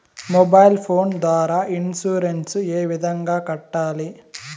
mobile phone ద్వారా insurance ఏ విధంగా కట్టాలి